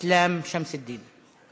אסלאם שמס א-דין.